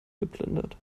geplündert